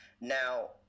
Now